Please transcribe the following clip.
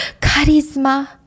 charisma